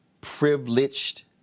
privileged